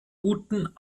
guten